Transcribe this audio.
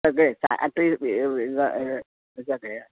सगळें तेंवूय बी हे हे खंयेच ते